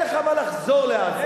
אין לך מה לחזור לעזה.